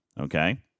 okay